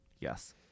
Yes